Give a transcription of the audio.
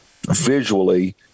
visually